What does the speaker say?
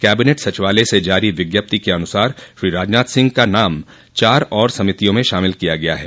cabinet सचिवालय से जारी विज्ञप्ति के अनुसार श्री राजनाथ सिंह का नाम चार और समितियों में शामिल किया गया है